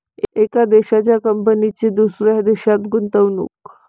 एका देशाच्या कंपनीची दुसऱ्या देशात गुंतवणूक